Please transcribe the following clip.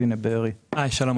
שלום,